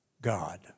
God